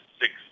six